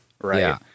right